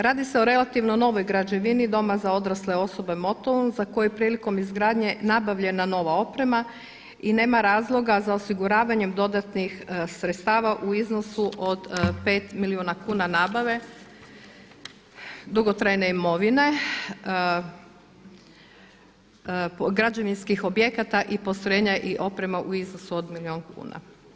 Radi se o relativno novoj građevini doma za odrasle osobe Motovun za koje je prilikom izgradnje nabavljena nova oprema i nema razloga za osiguravanjem dodatnih sredstava u iznosu od 5 milijuna kuna nabave dugotrajne imovine, građevinskih objekata i postrojenja i opreme u iznosu od milijun kuna.